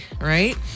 right